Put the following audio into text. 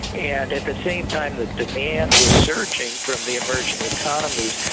and at the same time the demand was surging from the emerging economies,